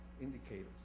indicators